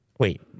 Wait